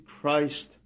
Christ